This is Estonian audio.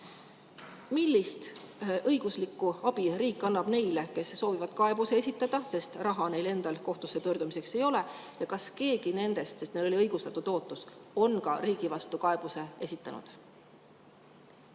Millist õiguslikku abi riik annab neile, kes soovivad kaebuse esitada, sest raha neil endal kohtusse pöördumiseks ei ole? Kas keegi nendest, sest neil oli õigustatud ootus, on ka riigi vastu kaebuse esitanud?